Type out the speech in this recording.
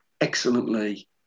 excellently